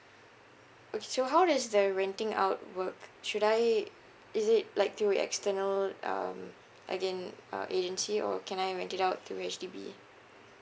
okay so how does the renting out work should I is it like through external um again uh agency or can I rent it out to H_D_B